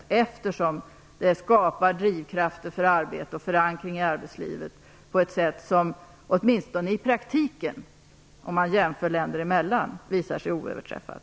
Den skapar nämligen drivkrafter för arbete och förankring i arbetslivet på ett sätt som åtminstone i praktiken, om man jämför mellan länder, har visat sig oöverträffat.